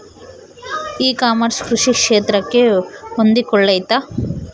E commerce ಕೃಷಿ ಕ್ಷೇತ್ರಕ್ಕೆ ಹೊಂದಿಕೊಳ್ತೈತಾ?